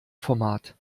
format